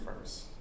first